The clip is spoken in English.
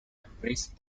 embrace